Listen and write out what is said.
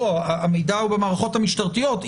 המידע הוא במערכות המשטרתיות.